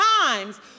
times